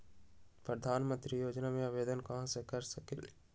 प्रधानमंत्री योजना में आवेदन कहा से कर सकेली?